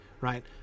right